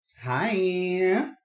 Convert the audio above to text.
Hi